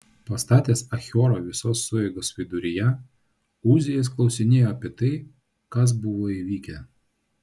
pastatęs achiorą visos sueigos viduryje uzijas klausinėjo apie tai kas buvo įvykę